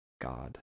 God